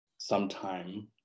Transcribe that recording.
Sometime